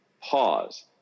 pause